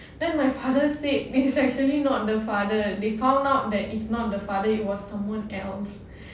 then my father said it's actually not the father they found out that it's not the father it was someone else